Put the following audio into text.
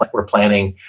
like we're planning,